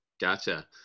gotcha